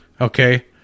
Okay